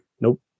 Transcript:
nope